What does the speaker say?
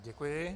Děkuji.